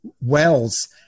wells